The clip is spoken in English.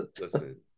Listen